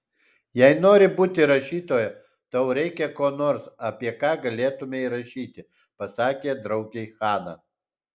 jei nori būti rašytoja tau reikia ko nors apie ką galėtumei rašyti pasakė draugei hana